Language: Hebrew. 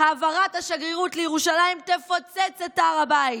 העברת השגרירות לירושלים תפוצץ את הר הבית,